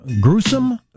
Gruesome